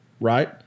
right